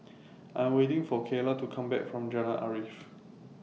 I Am waiting For Kaylah to Come Back from Jalan Arif